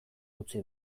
utzi